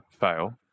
fail